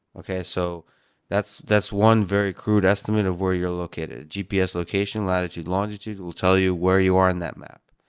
so that's that's one very crude estimate of where you're located, gps location, latitude, longitude. it will tell you where you are in that map.